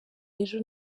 ejo